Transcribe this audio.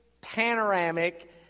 panoramic